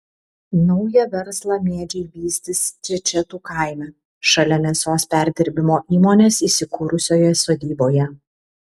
naują verslą mėdžiai vystys čečetų kaime šalia mėsos perdirbimo įmonės įsikūrusioje sodyboje